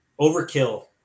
Overkill